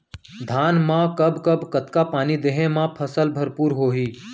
धान मा कब कब कतका पानी देहे मा फसल भरपूर होही?